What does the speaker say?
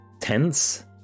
tense